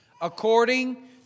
according